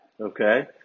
okay